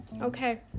okay